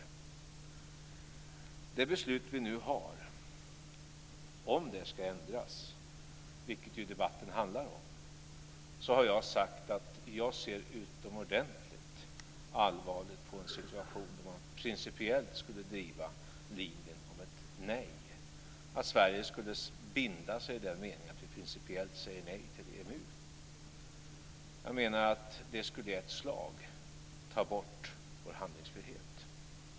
Om det beslut vi nu har ska ändras, vilket ju debatten handlar om, har jag sagt att jag ser utomordentligt allvarligt på en situation där man principiellt skulle driva linjen om ett nej, att Sverige skulle binda sig i den meningen att vi principiellt säger nej till EMU. Jag menar att det i ett slag skulle ta bort vår handlingsfrihet.